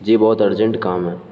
جی بہت ارجنٹ کام ہے